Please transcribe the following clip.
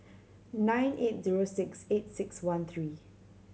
nine eight zero six eight six one three